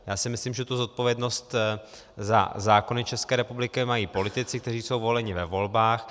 Já si myslím, že zodpovědnost za zákony České republiky mají politici, kteří jsou voleni ve volbách.